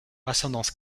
ascendance